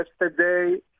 yesterday